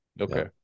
Okay